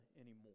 anymore